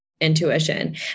intuition